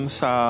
sa